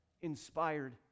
inspired